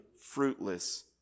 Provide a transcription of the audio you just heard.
fruitless